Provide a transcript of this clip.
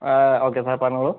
okay sir പറഞ്ഞോളു